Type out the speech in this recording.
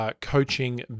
Coaching